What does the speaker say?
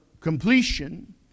completion